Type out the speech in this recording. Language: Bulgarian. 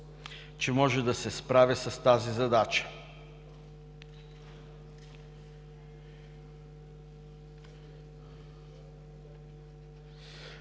че може да се справи с тази задача.